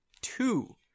two